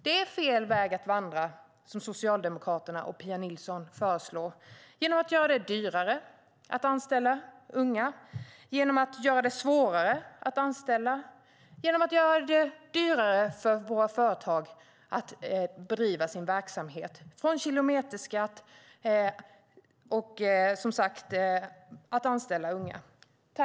Det är fel väg att vandra, som Socialdemokraterna och Pia Nilsson föreslår, att göra det dyrare att anställa unga, att göra det svårare att anställa och att göra det dyrare för våra företag att bedriva sin verksamhet, från kilometerskatt till att anställa unga.